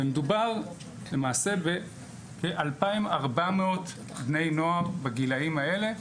ומדובר למעשה בכ-2,400 בני נוער בגילאים האלה,